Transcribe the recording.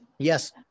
yes